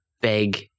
big